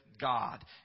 God